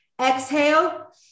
Exhale